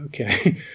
okay